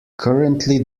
currently